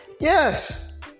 Yes